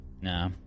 Nah